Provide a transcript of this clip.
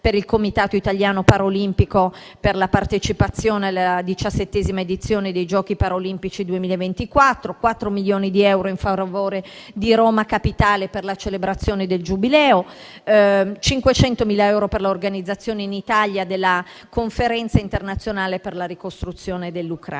per il Comitato italiano paralimpico per la partecipazione alla diciassettesima edizione dei Giochi paralimpici 2024; 4 milioni di euro in favore di Roma Capitale per la celebrazione del Giubileo; 500.000 euro per l'organizzazione in Italia della Conferenza internazionale per la ricostruzione dell'Ucraina.